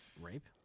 Rape